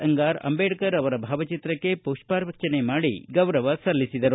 ಅಂಗಾರ ಅಂಬೇಡ್ಕರ್ ಭಾವಚಿತ್ರಕ್ಕೆ ಪುಷ್ಪಾರ್ಚನೆ ಮಾಡಿ ಗೌರವ ಸಲ್ಲಿಸಿದರು